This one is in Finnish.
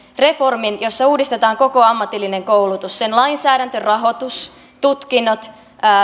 reformin jossa uudistetaan koko ammatillinen koulutus sen lainsäädäntö rahoitus tutkinnot